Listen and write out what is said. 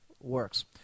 works